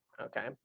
Okay